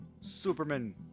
Superman